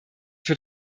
für